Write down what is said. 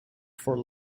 for